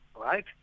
right